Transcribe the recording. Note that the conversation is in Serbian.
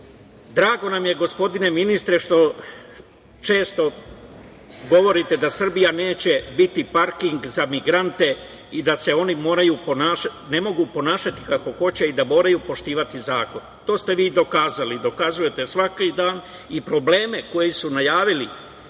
reč. Drago nam je, gospodine ministre, što često govorite da Srbija neće biti parking za migrante i da se oni ne mogu ponašati kako hoće i da moraju poštovati zakon. To ste vi dokazali i dokazujete svaki dan. Probleme koje su najavili